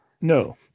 no